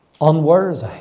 unworthy